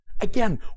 again